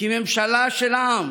וכי ממשלה של העם,